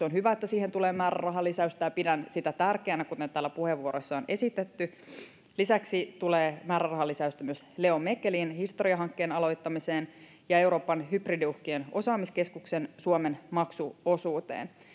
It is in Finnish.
on hyvä että siihen tulee määrärahalisäystä ja pidän sitä tärkeänä kuten täällä puheenvuoroissa on esitetty lisäksi tulee määrärahalisäystä myös leo mechelin historiahankkeen aloittamiseen ja euroopan hybridiuhkien osaamiskeskuksen suomen maksuosuuteen